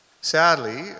Sadly